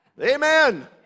Amen